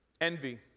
envy